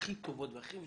טובה ואנחנו